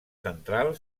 central